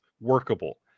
workable